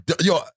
Yo